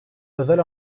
özel